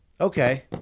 okay